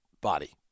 body